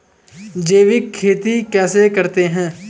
जैविक खेती कैसे करते हैं?